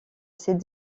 ces